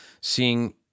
seeing